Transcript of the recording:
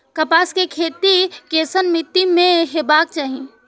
कपास के खेती केसन मीट्टी में हेबाक चाही?